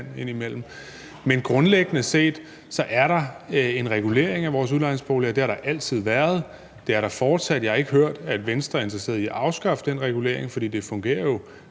Men grundlæggende set er der en regulering af vores udlejningsboliger. Det har der altid været; det er der fortsat. Jeg har ikke hørt, at Venstre er interesseret i at afskaffe den regulering, for det fungerer jo